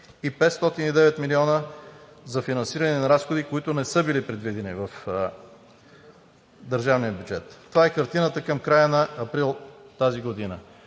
и 509 милиона за финансиране на разходи, които не са били предвидени в държавния бюджет. Това е картината към края на месец април тази година.